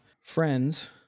friends